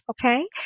Okay